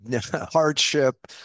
hardship